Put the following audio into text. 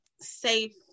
safe